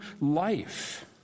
life